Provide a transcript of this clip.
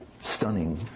stunning